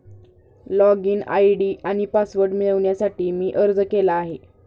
login ID आणि password मिळवण्यासाठी मी अर्ज केला आहे